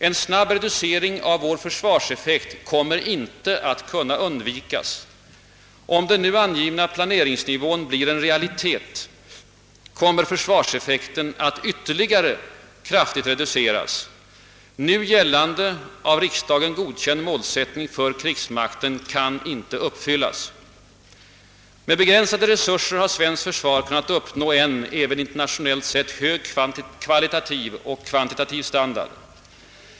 — En snabb reducering av vår försvarseffekt kommer inte att kunna undvikas. — Därest den nu angivna planeringsnivån blir en realitet, kommer försvarseffekten att ytterligare kraftigt reduceras. Nu gällande, av riksdagen godkänd målsättning för krigsmakten kan inte uppfyllas —————— Med begränsade resurser har svenskt försvar kunnat uppnå en — även internationellt sett — hög kvalitativ och kvantitativ standard.